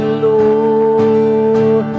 lord